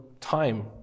time